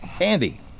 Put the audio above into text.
Andy